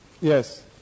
Yes